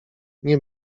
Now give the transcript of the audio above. nie